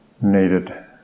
needed